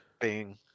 Bing